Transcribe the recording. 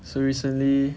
seriously